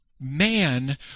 Man